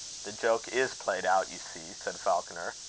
the joke is played out, you see, said falconer.